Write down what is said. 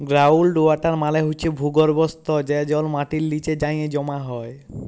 ground water মালে হছে ভূগর্ভস্থ যে জল মাটির লিচে যাঁয়ে জমা হয়